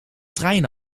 trein